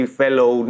fellow